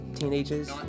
teenagers